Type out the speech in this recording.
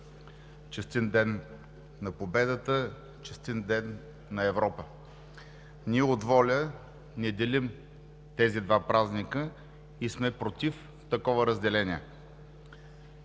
Честит Ден на победата, честит Ден на Европа! Ние от ВОЛЯ не делим тези два празника и сме против такова разделение.